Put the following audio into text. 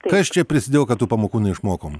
kas čia prisidėjo kad tų pamokų neišmokom